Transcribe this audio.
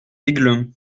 aiglun